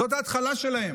זאת ההתחלה שלהם.